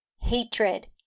Hatred